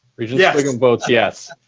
regent yeah sviggum votes yes.